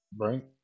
Right